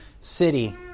city